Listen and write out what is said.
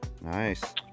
Nice